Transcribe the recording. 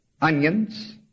onions